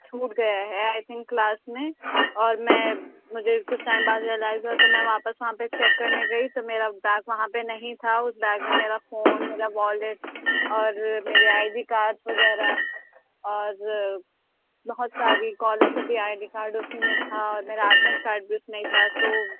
چُھوٹ گیا ہے I think class میں اور میں مجھے کچھ ٹائم بعد ریلائز ہُوا تو میں واپس وہاں پہ چیک کرنے گئی تو میرا بیگ وہاں پہ نہیں تھا اُس بیگ میں میرا فون میرا والیٹ اور میرے آئی ڈی کارڈس وغیرہ اور بہت ساری کالج کا بھی آئی ڈی کارڈ اُسی میں تھا اور میرا ایڈمٹ کارڈ بھی اُس میں ہی تھا تو